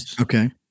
Okay